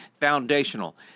foundational